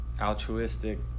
altruistic